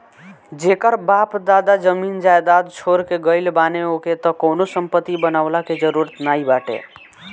जेकर बाप दादा जमीन जायदाद छोड़ के गईल बाने ओके त कवनो संपत्ति बनवला के जरुरत नाइ बाटे